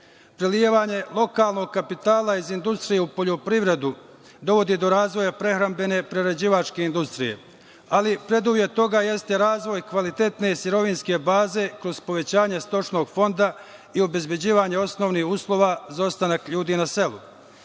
prelivanje lokalnog kapitala iz industriju u poljoprivredu dovodi do razvoja prehrambene prerađivačke industrije. Ali, predlog je toga, jeste razvoj kvalitetne sirovinske baze kroz povećanja stočnog fonda i obezbeđivanja osnovnih uslova za ostanak ljudi na selu.